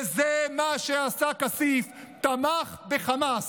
וזה מה שעושה כסיף, תמך בחמאס.